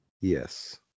Yes